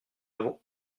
n’avons